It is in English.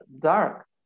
dark